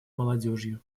молодежью